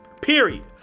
period